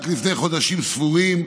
רק לפני חודשים ספורים,